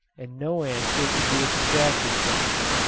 and no answer could be extracted from him.